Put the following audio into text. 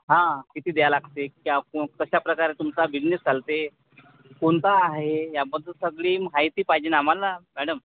हां किती द्यावं लागते कशाप्रकारे तुमचा बिझनेस चालते कोणता आहे याबद्दल सगळी माहिती पाहिजे ना आम्हाला मॅडम